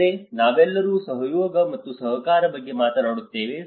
ಅಲ್ಲದೆ ನಾವೆಲ್ಲರೂ ಸಹಯೋಗ ಮತ್ತು ಸಹಕಾರದ ಬಗ್ಗೆ ಮಾತನಾಡುತ್ತೇವೆ